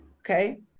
Okay